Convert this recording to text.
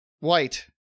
white